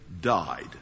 died